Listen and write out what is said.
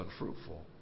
unfruitful